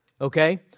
okay